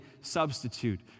substitute